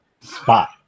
Spot